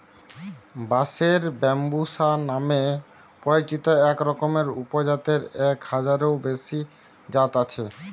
বাঁশের ব্যম্বুসা নামে পরিচিত একরকমের উপজাতের এক হাজারেরও বেশি জাত আছে